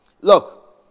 Look